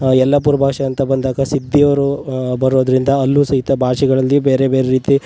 ಯಲ್ಲಾಪುರ ಭಾಷೆ ಅಂತ ಬಂದಾಗ ಸಿದ್ಧಿ ಅವರು ಬರೋದರಿಂದ ಅಲ್ಲೂ ಸಹಿತ ಭಾಷೆಗಳಲ್ಲಿ ಬೇರೆ ಬೇರೆ ರೀತಿ